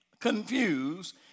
confused